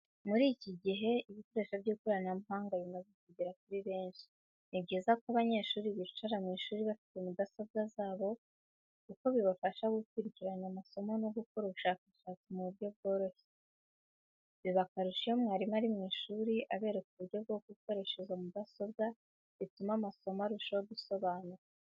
Muri iki gihe ibikoresho by'ikoranabuhanga bimaze kugera kuri benshi, ni byiza ko abanyeshuri bicara mu ishuri bafite mudasobwa zabo, kuko bibafasha gukurikirana amasomo no gukora ubushakashatsi mu buryo bworoshye. Biba akarusho iyo mwarimu ari mu ishuri, abereka uburyo bwo gukoresha izo mudasobwa bituma amasomo arushaho gusobanuka.